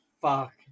fuck